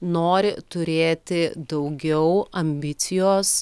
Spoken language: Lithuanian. nori turėti daugiau ambicijos